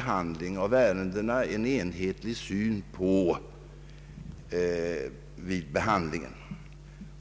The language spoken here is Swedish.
fram till en enhetlig syn på handläggningen.